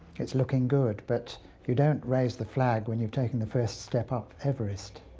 it's looking good. but you don't raise the flag when you've taken the first step up everest.